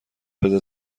بده